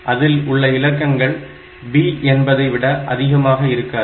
அதில் உள்ள இலக்கங்கள் b என்பதைவிட அதிகமாக இருக்காது